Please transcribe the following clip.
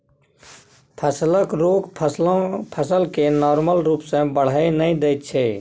फसलक रोग फसल केँ नार्मल रुप सँ बढ़य नहि दैत छै